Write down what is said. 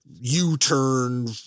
U-Turn